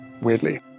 weirdly